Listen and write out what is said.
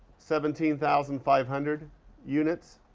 seventeen thousand five hundred units